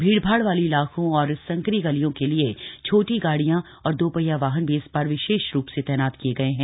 भीड़भाड़ वाले इलाकों और संकरी गलियों के लिए छोटी गाड़ियां और दोपहिया वाहन भी इस बार विशेष रूप से तैनात किए गए हैं